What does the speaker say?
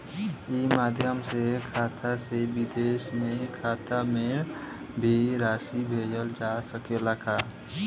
ई माध्यम से खाता से विदेश के खाता में भी राशि भेजल जा सकेला का?